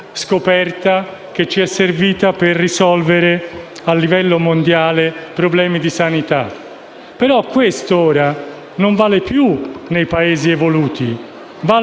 Noi abbiamo altre epidemie gravi, che ho cercato di farvi capire anche nel mio intervento. Le nostre epidemie si chiamano diabete, ipertensione,